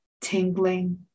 tingling